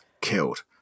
killed